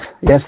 yes